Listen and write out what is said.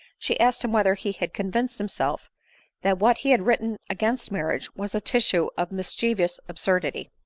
she asked him whether he had convinced himself that what he had written against marriage was a tissue of mischiev ous absurdity.